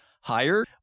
higher